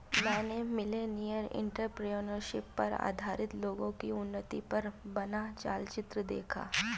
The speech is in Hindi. मैंने मिलेनियल एंटरप्रेन्योरशिप पर आधारित लोगो की उन्नति पर बना चलचित्र देखा